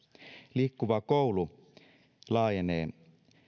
liikkuva koulu laajenee